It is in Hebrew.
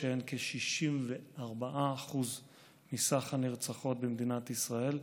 שהן כ-64% מכלל הנרצחות במדינת ישראל,